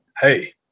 hey